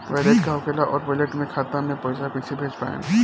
Wallet का होखेला और वैलेट से खाता मे पईसा कइसे भेज पाएम?